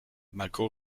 malko